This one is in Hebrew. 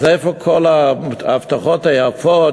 אז איפה כל ההבטחות היפות,